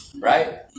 Right